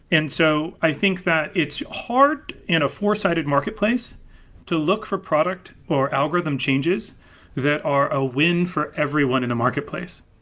and so i think that it's hard in a four sided marketplace to look for product or algorithm changes that are a win for everyone in the marketplace.